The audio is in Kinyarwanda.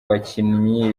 bakinnyi